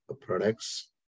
products